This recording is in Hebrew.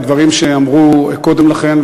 בדברים שאמרו קודם לכן,